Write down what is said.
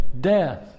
death